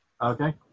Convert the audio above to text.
Okay